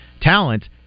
talent